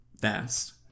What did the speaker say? fast